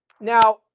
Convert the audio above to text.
Now